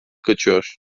kaçıyor